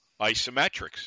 isometrics